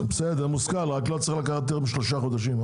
אבל לא צריך לקחת יותר משלושה חודשים.